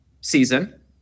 season